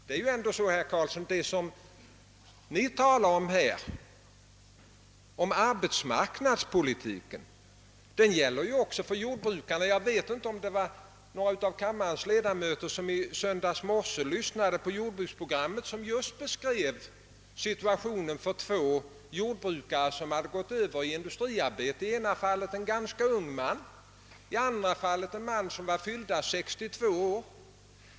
Men arbetsmarknadspolitiken, som Karlsson talar så mycket om, gäller ju också jordbrukarna. Någon av kammarens ledamöter kanske lyssnade på jordbruksprogrammet i radio i söndags morse. Där beskrevs just situationen för två jordbrukare, som båda hade gått över till industriarbete. Den ene var en ganska ung man; den andre hade fyllt 62 år.